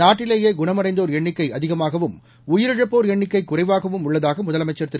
நாட்டிலேயே குணமடைந்தோர் எண்ணிக்கை அதிகமாகவும் உயிரிழப்போர் எண்ணிக்கை குறைவாகவும் உள்ளதாக முதலமைச்சர் திரு